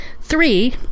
Three